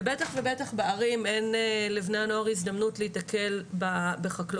ובטח ובטח בערים אין לבני הנוער הזדמנות להיתקל בחקלאות.